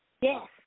Yes